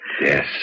Yes